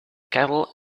cattle